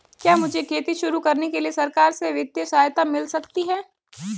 क्या मुझे खेती शुरू करने के लिए सरकार से वित्तीय सहायता मिल सकती है?